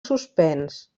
suspens